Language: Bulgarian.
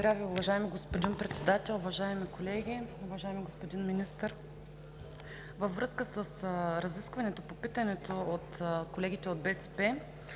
Ви, уважаеми господин Председател. Уважаеми колеги! Уважаеми господин Министър, във връзка с разискването по питането от колегите от БСП